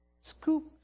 scoop